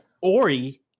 Ori